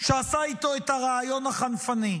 שעשה איתו את הריאיון החנפני,